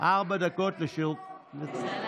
אם אתה בעד שוויון לחרדים